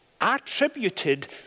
attributed